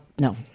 no